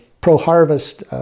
pro-harvest